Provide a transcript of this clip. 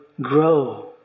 grow